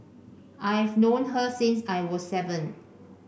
I've known her since I was seven